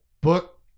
Book